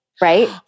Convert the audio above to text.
right